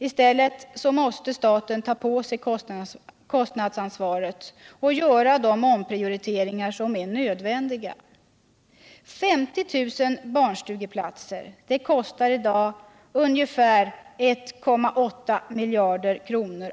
I stället måste staten ta på sig kostnadsansvaret och göra de omprioriteringar som är nödvändiga. Att bygga 50 000 barnstugeplatser kostar i dag ungefär 1,8 miljard kronor.